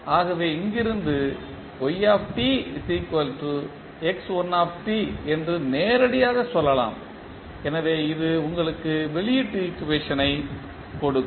ஆகவே இங்கிருந்து என்று நேரடியாக சொல்லலாம் எனவே இது உங்களுக்கு வெளியீட்டு ஈக்குவேஷனை கொடுக்கும்